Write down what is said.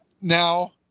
now